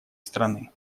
страны